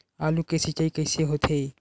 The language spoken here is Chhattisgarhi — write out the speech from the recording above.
आलू के सिंचाई कइसे होथे?